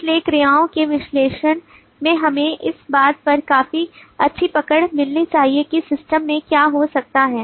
इसलिए क्रियाओं के विश्लेषण से हमें इस बात पर काफी अच्छी पकड़ मिलनी चाहिए कि सिस्टम में क्या हो सकता है